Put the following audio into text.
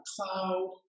cloud